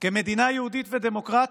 כמדינה יהודית ודמוקרטית?